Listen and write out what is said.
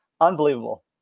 Unbelievable